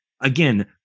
again